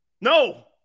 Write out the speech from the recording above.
No